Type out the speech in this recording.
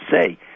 say